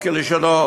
כלשונו,